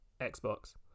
Xbox